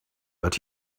but